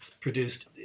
produced